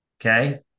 Okay